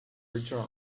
return